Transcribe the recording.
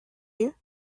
you